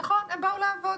נכון, הם באו לעבוד